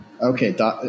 Okay